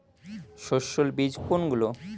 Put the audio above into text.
সস্যল বীজ কোনগুলো?